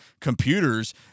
Computers